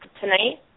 tonight